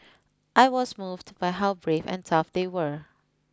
I was moved by how brave and tough they were